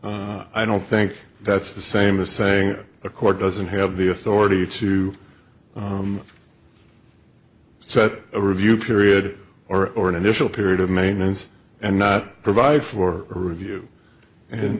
reviewable i don't think that's the same as saying a court doesn't have the authority to set a review period or or an initial period of maintenance and not provide for a review and